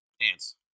Ants